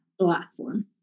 platform